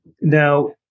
Now